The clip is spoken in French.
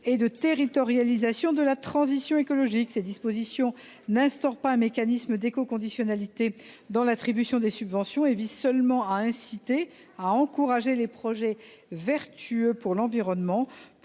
et de territorialisation de la transition écologique. Ces dispositions n’instaurent pas un mécanisme d’écoconditionnalité dans l’attribution des subventions ; elles visent seulement à inciter les collectivités et à encourager les projets vertueux pour l’environnement,